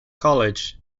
college